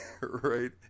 right